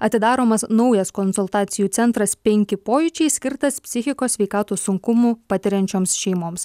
atidaromas naujas konsultacijų centras penki pojūčiai skirtas psichikos sveikatos sunkumų patiriančioms šeimoms